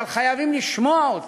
אבל חייבים לשמוע אותה.